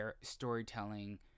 storytelling